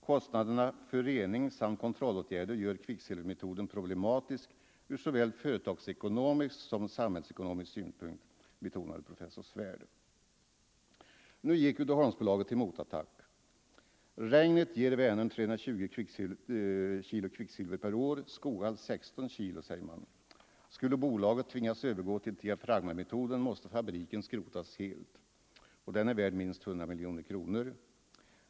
Kostnaderna för rening och kontrollåtgärder gör kvicksilvermetoden problematisk ur såväl företagsekonomisk som samhällsekonomisk synpunkt, betonade professor Svärd. Nu går Uddeholmsbolaget till motattack. Regnet ger Vänern 320 kg kvicksilver per år, Skoghall 16 kg, säger man. Skulle bolaget tvingas övergå till diafragmametoden måste fabriken skrotas helt. Den är värd minst 100 miljoner kronor.